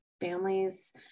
families